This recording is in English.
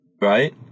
Right